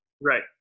Right